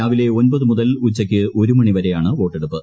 രാവിലെ ഒൻപത്ത് മുക്കൽ ഉച്ചയ്ക്ക് ഒരു മണിവരെയാണ് വോട്ടെടുപ്പ്